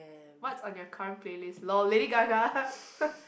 what's on your current playlist lol Lady Gaga